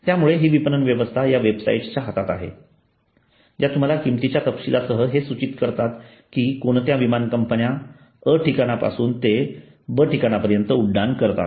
त्यामुळे हि विपणन व्यवस्था या वेबसाईट्सच्या हातात आहे ज्या तुम्हाला किंमतीच्या तपशीलांसह हे सूचित करतात की कोणत्या विमान कंपन्या अ ठिकाणांपासून ते बी ठिकाणापर्यंत उड्डाण करतात